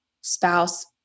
spouse